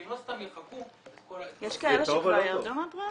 כי הם לא סתם יחכו את כל ה --- יש כאלה שכבר ירדו מהפרויקט?